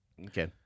Okay